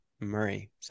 Murray